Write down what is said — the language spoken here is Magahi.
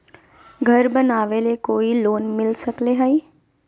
घर बनावे ले कोई लोनमिल सकले है?